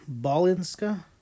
Balinska